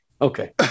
okay